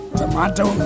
tomato